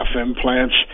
implants